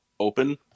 open